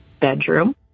bedroom